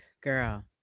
Girl